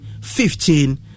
fifteen